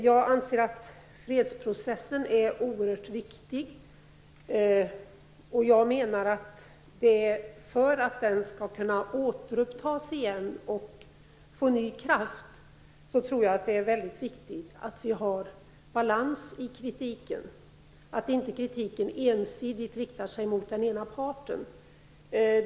Jag anser att fredsprocessen är oerhört viktig, och jag menar att det för att den skall kunna återupptas igen och få ny kraft är väldigt viktigt att vi har balans i kritiken. Politiken får inte ensidigt rikta sig mot den ena parten.